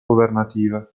governative